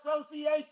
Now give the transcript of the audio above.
association